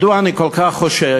מדוע אני כל כך חושש?